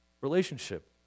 relationship